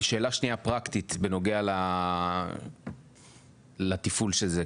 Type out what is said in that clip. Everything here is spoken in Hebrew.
שאלה שנייה פרקטית בנוגע לתפעול של זה,